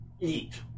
eat